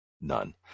none